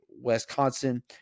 Wisconsin